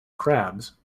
crabs